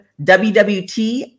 wwt